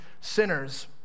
sinners